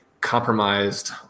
compromised